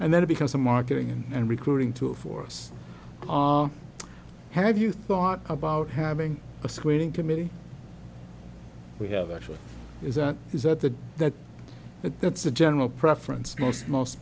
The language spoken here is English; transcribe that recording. and then it becomes a marketing and recruiting tool for us have you thought about having a screening committee we have actually is that is that the that that that's the general preference